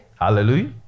Hallelujah